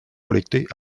collectées